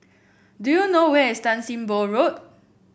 do you know where is Tan Sim Boh Road